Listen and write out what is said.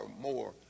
more